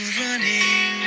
running